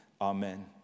Amen